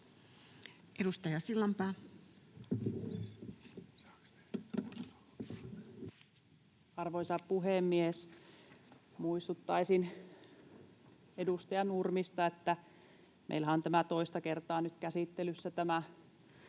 20:57 Content: Arvoisa puhemies! Muistuttaisin edustaja Nurmista, että meillähän on toista kertaa nyt käsittelyssä tämä